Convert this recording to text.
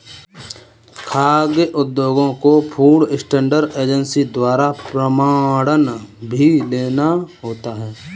खाद्य उद्योगों को फूड स्टैंडर्ड एजेंसी द्वारा प्रमाणन भी लेना होता है